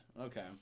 Okay